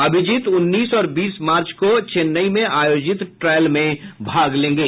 अभिजीत उन्नीस और बीस मार्च को चेन्नई में आयोजित ट्रायल में भाग लेंगे